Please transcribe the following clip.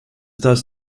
thus